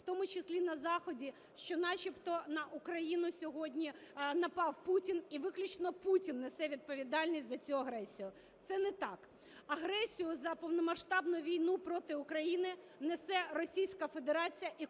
в тому числі на Заході, що начебто на Україну сьогодні напав Путін і виключно Путін несе відповідальність за цю агресію. Це не так. Агресію за повномасштабну війну проти України несе Російська Федерація і кожен